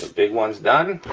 big one's done.